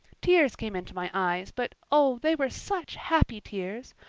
tears came into my eyes, but, oh, they were such happy tears.